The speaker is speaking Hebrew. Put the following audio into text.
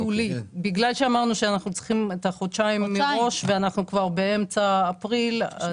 בגלל שאמרנו שאנחנו צריכים את החודשיים מראש ואנחנו כבר באמצע אפריל.